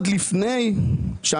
משרד האוצר, מי אישר להם את הכסף הזה?